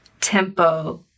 tempo